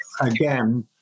again